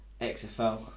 XFL